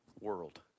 world